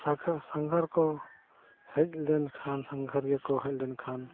ᱥᱚᱨᱠᱟᱨ ᱥᱟᱸᱜᱷᱟᱨ ᱠᱚ ᱦᱮᱡ ᱞᱮᱱᱠᱷᱟᱱ ᱥᱟᱸᱜᱷᱟᱨᱤᱭᱟᱹ ᱠᱚ ᱦᱮᱡ ᱞᱮᱱᱠᱷᱟᱱ